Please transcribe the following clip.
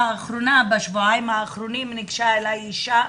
בשבועיים האחרונים ניגשה אלי אישה,